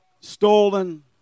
stolen